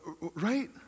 Right